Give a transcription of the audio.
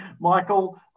Michael